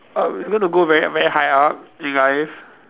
um going to go very very high up in life